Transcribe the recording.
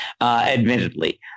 admittedly